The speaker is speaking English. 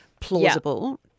plausible